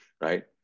right